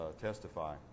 testify